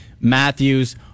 Matthews